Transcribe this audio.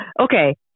okay